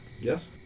Yes